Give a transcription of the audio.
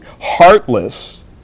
heartless